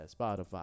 Spotify